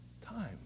time